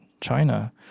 China